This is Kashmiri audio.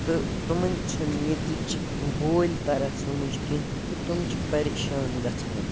تہٕ تٕمَن چھِنہٕ ییٚتِچ بوٗلۍ تران سَمجھ کیٚنہہ کہِ تِم چھِ پَریشان گژھان